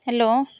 hello